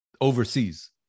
overseas